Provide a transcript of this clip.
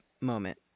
moment